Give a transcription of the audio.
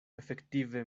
efektive